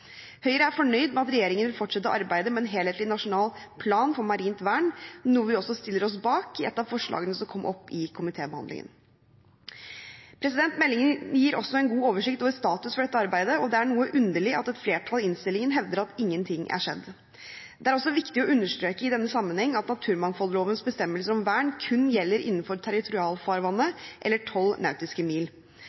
Høyre er fornøyd med at regjeringen vil fortsette arbeidet med en helhetlig nasjonal plan for marint vern, noe vi også stiller oss bak i et av forslagene som kom opp i komitébehandlingen. Meldingen gir også en god oversikt over status for dette arbeidet, og det er noe underlig at et flertall i innstillingen hevder at ingenting er skjedd. Det er også viktig å understreke i denne sammenheng at naturmangfoldlovens bestemmelser om vern kun gjelder innenfor territorialfarvannet, eller tolv nautiske mil.